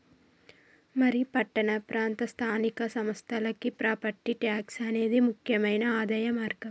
మరి పట్టణ ప్రాంత స్థానిక సంస్థలకి ప్రాపట్టి ట్యాక్స్ అనేది ముక్యమైన ఆదాయ మార్గం